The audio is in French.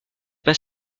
pas